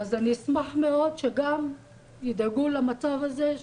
אני אשמח מאוד שגם ידאגו למצב הזה,